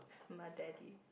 my daddy